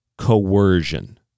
Coercion